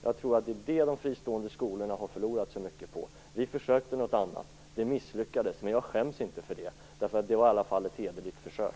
Jag tror att det är detta som de fristående skolorna har förlorat så mycket på. Vi försökte göra något annat. Det misslyckades, men jag skäms inte för det. Det var i alla fall ett hederligt försök.